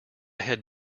had